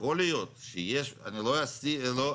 יכול להיות שיש, לא נסתיר,